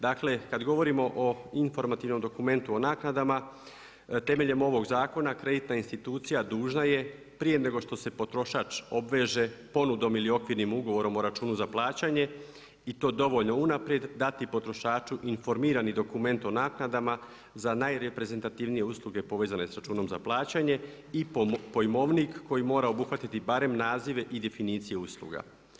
Dakle, kad govorimo o informativnom dokumentu o naknadama, temeljem ovog zakona kreditna institucija dužna je prije nego što se potrošač obveže ponudom ili okvirnim ugovorom o računu za plaćanje i to dovoljno unaprijed, dati potrošaču informirani dokument o naknadama za najreprezentativnije usluge povezane sa računom za plaćanje i pojmovnik koji mora obuhvatiti barem nazive i definicije usluga.